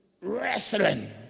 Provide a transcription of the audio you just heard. wrestling